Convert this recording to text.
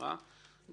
אוהבים